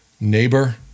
neighbor